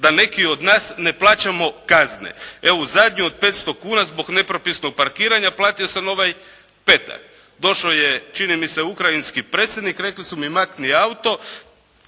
da neki od nas ne plaćamo kazne. Evo zadnju od 500 kn zbog nepropisnog parkiranja platio sam ovaj petak. Došao je čini mi se ukrajinski predsjednik. Rekli su mi makni auto.